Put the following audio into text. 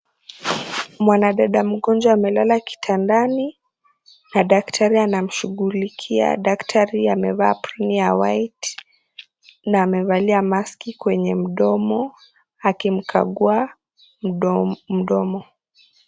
Mwanadada mgonjwa amelala kitandani na daktari anamshughulikia, daktari amevaa ya aproni ya white na amevalia maski kwenye mdomo akimkagua mdomo.